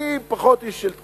אני פחות איש של טקסים,